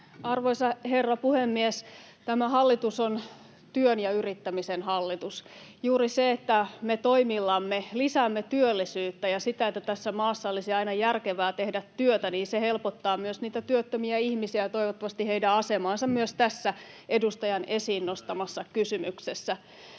Arvoisa herra puhemies! Tämä hallitus on työn ja yrittämisen hallitus. Juuri se, että me toimillamme lisäämme työllisyyttä ja sitä, että tässä maassa olisi aina järkevää tehdä työtä, helpottaa myös niitä työttömiä ihmisiä ja toivottavasti heidän asemaansa myös tässä edustajan esiin nostamassa kysymyksessä.